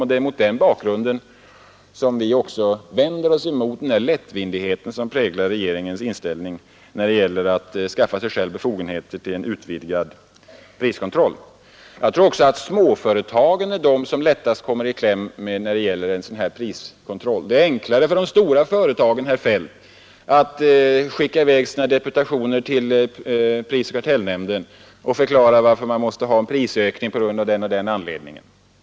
Det är även mot den bakgrunden som vi vänder oss mot den lättvindighet som präglar regeringens inställning när det gäller att skaffa sig själv befogenheter till en utvidgad priskontroll. Jag tror också att småföretagen är de som lättast kommer i kläm vid en priskontroll. Det är enklare för de stora företagen, herr Feldt, att skicka i väg sina deputationer till prisoch kartellnämnden för att förklara varför företagen måste ha prisökningar av den och den anledningen.